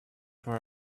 for